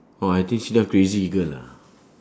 or I think she just crazy girl lah